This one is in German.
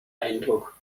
eindruck